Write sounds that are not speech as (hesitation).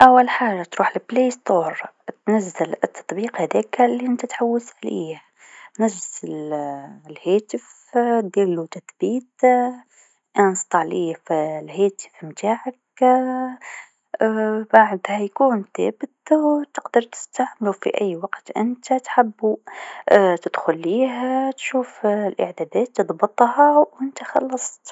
أول حاجه تروح بلاي ستور تنزل التطبيق هذاكا لأنت تحوس عليه، تنزل على الهاتف ديرلو تثبيت تنزيل في الهاتف نتاعك (hesitation) بعدها يكون ثابت و تقدر تستعملو في أي وقت أنت تحبو (hesitation) تدخل ليه تشوف الإعدادات تضبطها و أنت خلصت.